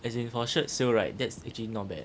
as in for shirts sales right that's actually not bad